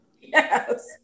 Yes